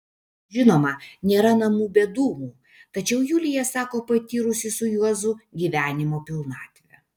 žinoma nėra namų be dūmų tačiau julija sako patyrusi su juozu gyvenimo pilnatvę